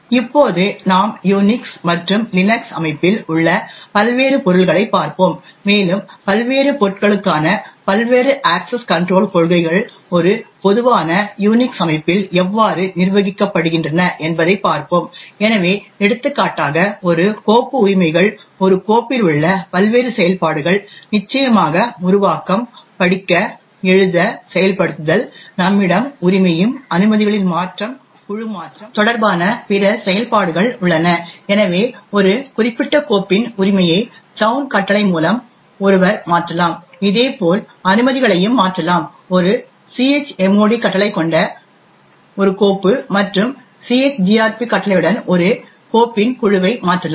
இப்போது நாம் யூனிக்ஸ் மற்றும் லினக்ஸ் அமைப்பில் உள்ள பல்வேறு பொருள்களைப் பார்ப்போம் மேலும் பல்வேறு பொருட்களுக்கான பல்வேறு அக்சஸ் கன்ட்ரோல் கொள்கைகள் ஒரு பொதுவான யூனிக்ஸ் அமைப்பில் எவ்வாறு நிர்வகிக்கப்படுகின்றன என்பதைப் பார்ப்போம் எனவே எடுத்துக்காட்டாக ஒரு கோப்பு உரிமைகள் ஒரு கோப்பில் உள்ள பல்வேறு செயல்பாடுகள் நிச்சயமாக உருவாக்கம் படிக்க எழுத செயல்படுத்துதல் நம்மிடம் உரிமையும் அனுமதிகளின் மாற்றம் குழு மாற்றம் தொடர்பான பிற செயல்பாடுகள் உள்ளன எனவே ஒரு குறிப்பிட்ட கோப்பின் உரிமையை சிஹச்ஒன் கட்டளை மூலம் ஒருவர் மாற்றலாம் இதேபோல் அனுமதிகளையும் மாற்றலாம் ஒரு chmod கட்டளை கொண்ட ஒரு கோப்பு மற்றும் chgrp கட்டளையுடன் ஒரு கோப்பின் குழுவை மாற்றலாம்